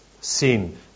Sin